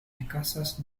escasas